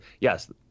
yes